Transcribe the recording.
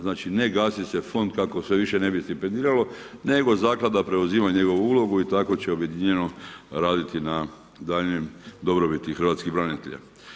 Znači ne gasi se fond kako se više ne bi stipendiralo nego zaklada preuzima njegovu ulogu i tako će objedinjeno raditi na daljnjoj dobrobiti hrvatskih branitelja.